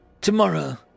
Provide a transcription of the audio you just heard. Tomorrow